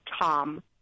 Tom